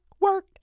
work